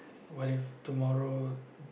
what if tomorrow